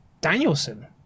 danielson